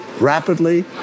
rapidly